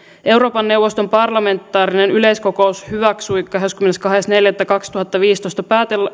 euroopan neuvoston parlamentaarinen yleiskokous hyväksyi kahdeskymmenestoinen neljättä kaksituhattaviisitoista